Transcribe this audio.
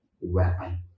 weapon